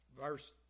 verse